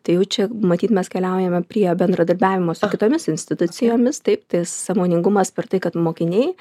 tai jau čia matyt mes keliaujame prie bendradarbiavimo su kitomis institucijomis taip tai sąmoningumas per tai kad mokiniai